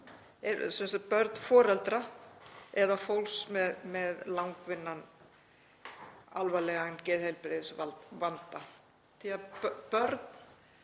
börn fólks með langvinnan alvarlegan geðheilbrigðisvanda,